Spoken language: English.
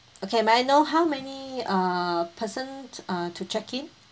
okay may I know how many err person uh to check in